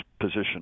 position